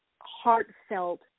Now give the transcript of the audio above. heartfelt